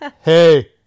hey